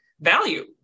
value